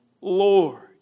Lord